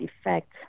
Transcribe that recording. effect